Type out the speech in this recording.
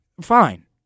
Fine